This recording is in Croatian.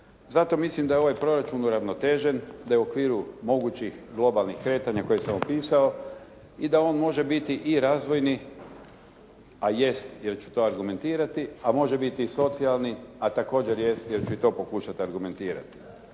Zato mislim da je ovaj proračun uravnotežen, da je u okviru mogućih globalnih kretanja koje sam opisao i da on može biti i razvojni, a jest jer ću to argumentirati, a može biti i socijalni, a također jest jer ću i to pokušati argumentirati.